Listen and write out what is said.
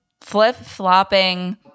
flip-flopping